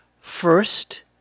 first